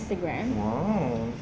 !wow!